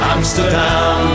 Amsterdam